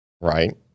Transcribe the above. Right